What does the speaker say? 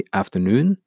afternoon